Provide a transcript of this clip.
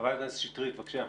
חברת הכנסת שטרית, בבקשה.